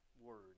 word